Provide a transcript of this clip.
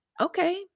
okay